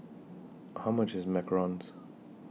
How much IS Macarons